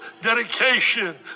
dedication